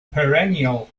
perennial